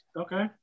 okay